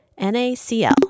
NaCl